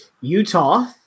Utah